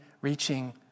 reaching